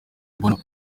mbona